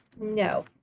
No